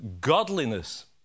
godliness